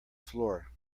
floor